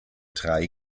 drei